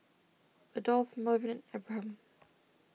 Adolph Melvyn Abraham